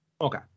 Okay